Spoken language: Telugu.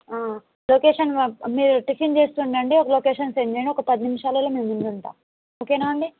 లొకేషన్ పంపండి మీరు టిఫిన్ చేసుకుని రండి లొకేషన్ సెండ్ చేయండి ఒక పది నిమిషాలల్లో మీముందుంటా ఓకేనా అండి